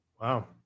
Wow